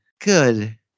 Good